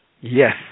Yes